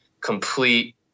complete